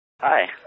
Hi